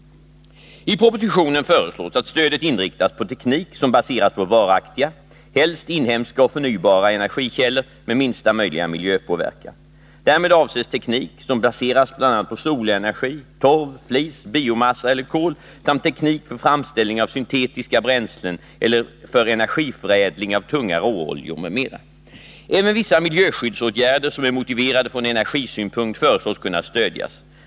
I propositionen föreslås att stödet inriktas på teknik som baseras på varaktiga, helst inhemska och förnybara, energikällor med minsta möjliga miljöpåverkan. Därmed avses teknik som baseras bl.a. på solenergi, torv, flis, biomassa eller kol samt teknik för framställning av syntetiska bränslen eller för energiförädling av tunga råoljor, m.m. Även vissa miljöskyddsåtgärder som är motiverade från energisynpunkt föreslås kunna stödjas.